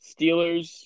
Steelers